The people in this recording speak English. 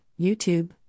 YouTube